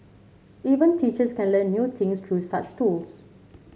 even teachers can learn new things through such tools